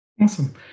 Awesome